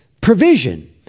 provision